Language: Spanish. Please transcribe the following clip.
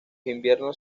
inviernos